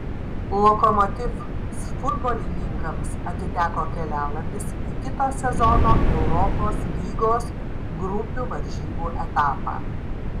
lokomotiv futbolininkams atiteko kelialapis į kito sezono europos lygos grupių varžybų etapą